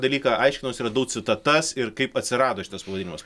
dalyką aiškinausi radau citatas ir kaip atsirado šitas pavadinimas